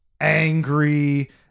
angry